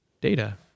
data